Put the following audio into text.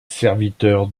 serviteur